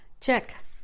check